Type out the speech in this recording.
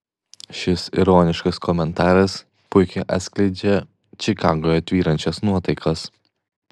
šis ironiškas komentaras puikiai atskleidžia čikagoje tvyrančias nuotaikas